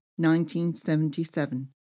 1977